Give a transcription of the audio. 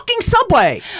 Subway